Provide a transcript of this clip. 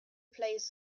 plays